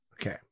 Okay